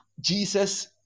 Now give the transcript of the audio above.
Jesus